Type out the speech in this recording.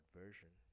version